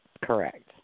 Correct